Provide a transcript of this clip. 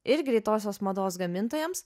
ir greitosios mados gamintojams